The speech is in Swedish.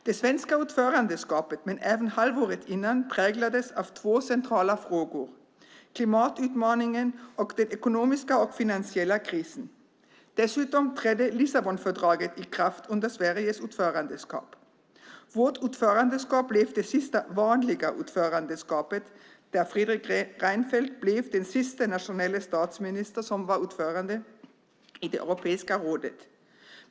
Det svenska ordförandeskapshalvåret, men även halvåret innan, präglades av två centrala frågor, nämligen klimatutmaningen och den ekonomiska och finansiella krisen. Dessutom trädde Lissabonfördraget i kraft under Sveriges ordförandeskap. Vårt ordförandeskap blev det sista vanliga ordförandeskapet och Fredrik Reinfeldt den sista nationella statsminister som var ordförande i Europeiska rådet.